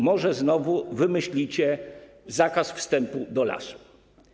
Może znowu wymyślicie zakaz wstępu do lasu?